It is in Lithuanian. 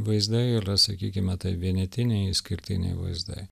vaizdai yra sakykime taip vienetiniai išskirtiniai vaizdai